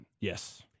Yes